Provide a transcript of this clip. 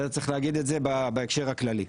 צריך להגיד את זה בהקשר הכללי.